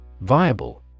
Viable